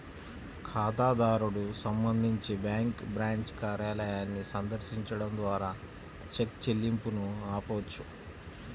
ఖాతాదారుడు సంబంధించి bank branch కార్యాలయాన్ని సందర్శించడం ద్వారా చెక్ చెల్లింపును ఆపవచ్చు